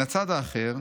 "מן הצד האחר,